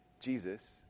Jesus